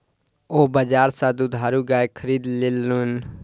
ओ बजार सा दुधारू गाय खरीद लेलैन